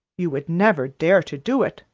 you would never dare to do it,